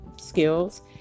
skills